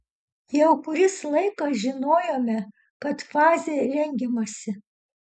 jau kuris laikas žinojome kad fazei rengiamasi